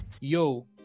yo